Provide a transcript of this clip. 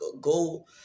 go